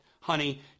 honey